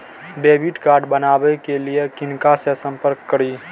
Debit card बनावे के लिए किनका से संपर्क करी?